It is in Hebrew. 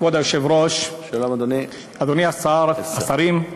כבוד היושב-ראש, אדוני השר, השרים,